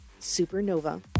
Supernova